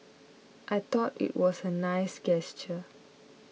I thought it was a nice gesture